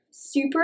Super